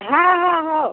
हा हा हो